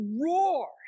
roar